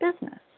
business